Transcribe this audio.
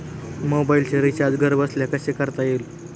मोबाइलचे रिचार्ज घरबसल्या कसे करता येईल?